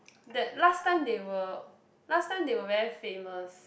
that last time they were last time they were very famous